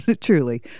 truly